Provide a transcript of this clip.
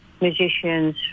musicians